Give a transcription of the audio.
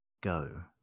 go